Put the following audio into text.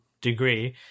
degree